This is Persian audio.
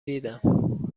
دیدم